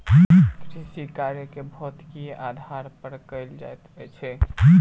कृषिकार्य के भौतिकीक आधार पर कयल जाइत छै